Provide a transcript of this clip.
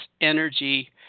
energy